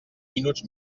minuts